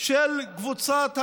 של קבוצת המיעוט,